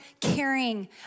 caring